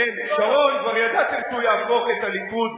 כן, שרון, כבר ידעתם שהוא יהפוך את הליכוד לשמאל,